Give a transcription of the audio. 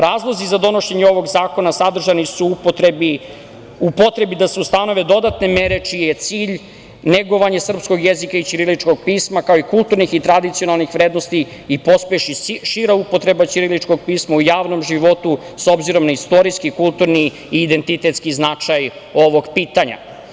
Razlozi za donošenje ovog zakona sadržani su u potrebi da se ustanove dodatne mere čiji je cilj negovanje srpskog jezika i ćiriličnog pisma, kao i kulturnih i tradicionalnih vrednosti i pospeši šira upotreba ćiriličnog pisma u javnom životu, s obzirom na istorijski, kulturni i identitetski značaj ovog pitanja.